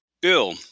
Bill